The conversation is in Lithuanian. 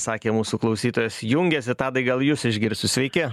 sakė mūsų klausytojas jungiasi tadai gal jus išgirsiu sveiki